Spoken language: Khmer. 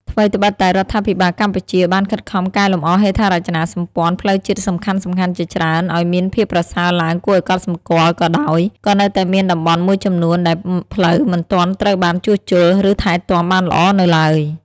ថ្វីត្បិតតែរដ្ឋាភិបាលកម្ពុជាបានខិតខំកែលម្អហេដ្ឋារចនាសម្ព័ន្ធផ្លូវជាតិសំខាន់ៗជាច្រើនឱ្យមានភាពប្រសើរឡើងគួរឱ្យកត់សម្គាល់ក៏ដោយ ក៏នៅតែមានតំបន់មួយចំនួនដែលផ្លូវមិនទាន់ត្រូវបានជួសជុល ឬថែទាំបានល្អនៅឡើយ។